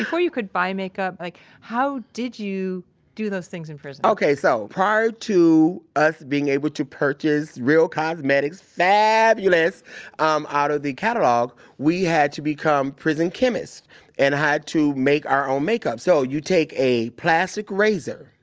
before you could buy makeup, like how did you do those things in prison? ok, so, prior to us being able to purchase real cosmetics fabulous um out of the catalog, we had to become prison chemists and had to make our own makeup. so, you take a plastic razor,